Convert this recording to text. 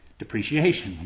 depreciation.